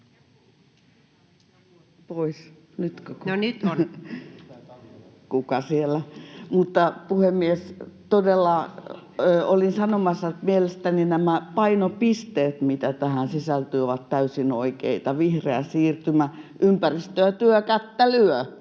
sanomassa, että mielestäni nämä painopisteet, mitä tähän sisältyy, ovat täysin oikeita: vihreä siirtymä; ympäristö ja työ, kättä lyö.